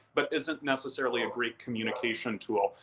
but isn't necessarily a great communication tool.